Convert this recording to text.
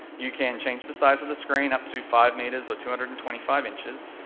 you can change the size of the screen, up to five meters or two hundred and twenty five inches,